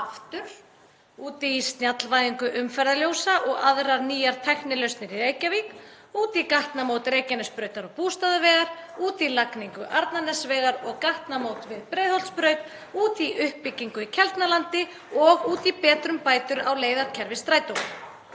aftur út í snjallvæðingu umferðarljósa og aðrar nýjar tæknilausnir í Reykjavík, út í gatnamót Reykjanesbrautar og Bústaðavegar, út í lagningu Arnarnesvegar og gatnamót við Breiðholtsbraut, út í uppbyggingu í Keldnalandi og út í betrumbætur á leiðarkerfi Strætó.